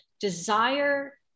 desire